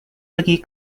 pergi